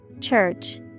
Church